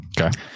Okay